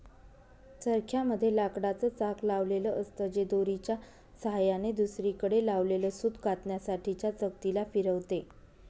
चरख्या मध्ये लाकडाच चाक लावलेल असत, जे दोरीच्या सहाय्याने दुसरीकडे लावलेल सूत कातण्यासाठी च्या चकती ला फिरवते